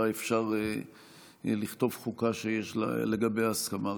אפשר לכתוב חוקה שיש לגביה הסכמה רחבה.